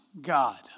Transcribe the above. God